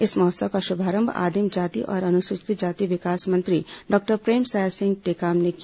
इस महोत्सव का शुभारंभ आदिम जाति और अनुसूचित जाति विकास मंत्री डॉक्टर प्रेमसाय सिंह टेकाम ने किया